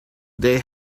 they